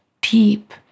deep